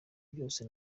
byose